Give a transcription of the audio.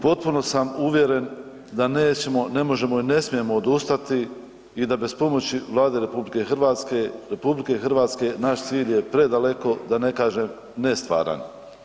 Potpuno sam uvjeren da nećemo, ne možemo i ne smijemo odustati i da bez pomoći Vlade RH naš cilj je predaleko da ne kažem, nestvaran.